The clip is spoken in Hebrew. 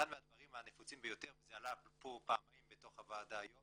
אחד הדברים הנפוצים ביותר וזה עלה פה פעמיים בוועדה היום